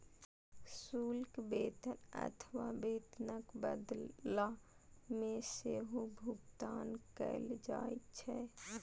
शुल्क वेतन अथवा वेतनक बदला मे सेहो भुगतान कैल जाइ छै